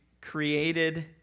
created